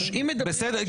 לא,